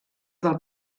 del